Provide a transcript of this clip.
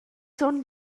zun